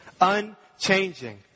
Unchanging